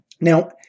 Now